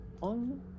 on